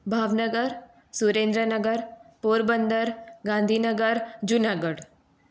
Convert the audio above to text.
Bhavnagar Surendranagar Porbandar Gandhinagar Junagadh